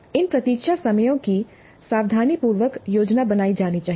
इन प्रतीक्षा समयों की सावधानीपूर्वक योजना बनाई जानी चाहिए